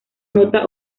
nota